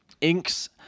inks